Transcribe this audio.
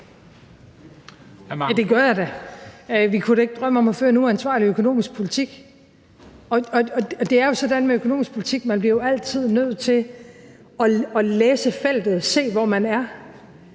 Ja, det gør jeg da. Vi kunne da ikke drømme om at føre en uansvarlig økonomisk politik. Og det er jo sådan med økonomisk politik, at man altid bliver nødt til at læse feltet og se, hvor man er.